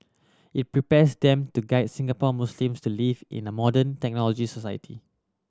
it prepares them to guide Singapore Muslims to live in a modern technological society